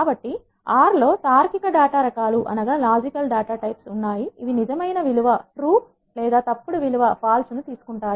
కాబట్టి ఆర్ లో తార్కిక డేటా రకాలు ఉన్నాయి ఇవి నిజమైన విలువ లేదా తప్పుడు విలువ ను తీసుకుంటాయి